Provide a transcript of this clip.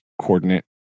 coordinate